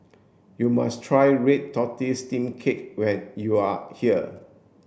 you must try red tortoise steamed cake when you are here